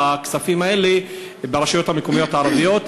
הכספים האלה ברשויות המקומיות הערביות,